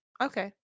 Okay